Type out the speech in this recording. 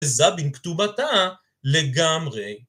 דזבין כתובתה לגמרי.